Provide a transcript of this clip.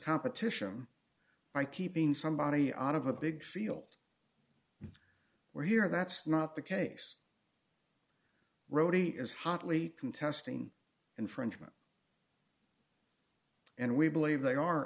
competition by keeping somebody out of a big field where here that's not the case rody is hotly contesting infringement and we believe they are